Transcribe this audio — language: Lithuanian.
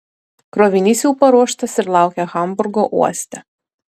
krovinys jau paruoštas ir laukia hamburgo uoste